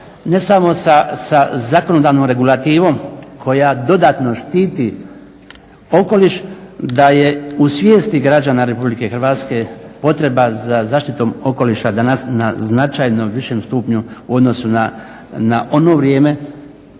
ne samo sa zakonodavnom regulativom koja dodatno štiti okoliš da je u svijesti građana RH potreba za zaštitom okoliša danas na značajno višem stupnju u odnosu na ono vrijeme